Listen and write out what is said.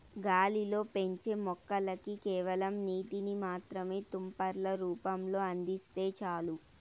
గాలిలో పెంచే మొక్కలకి కేవలం నీటిని మాత్రమే తుంపర్ల రూపంలో అందిస్తే చాలు